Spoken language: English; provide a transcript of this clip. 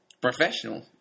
professional